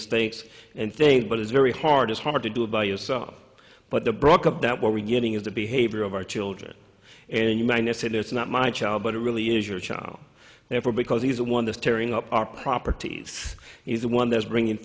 mistakes and think but it's very hard it's hard to do it by yourself but the broke up that we're getting is the behavior of our children and you mine i said it's not my child but it really is your child never because he's the one this tearing up our properties he's the one that's bringing